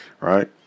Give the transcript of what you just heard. right